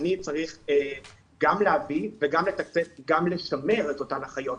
אני צריך גם להביא וגם לתקצב וגם לשמר את אותן אחיות.